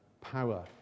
power